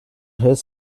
his